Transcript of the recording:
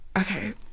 Okay